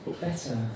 better